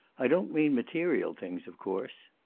i don't mean material things, of course.